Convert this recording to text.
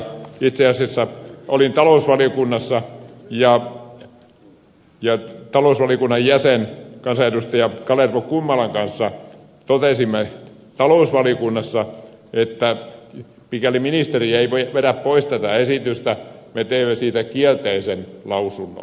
itse asiassa olin talousvaliokunnassa ja talousvaliokunnan jäsenen kansanedustaja kalervo kummolan kanssa totesimme talousvaliokunnassa että mikäli ministeri ei vedä pois tätä esitystä me teemme siitä kielteisen lausunnon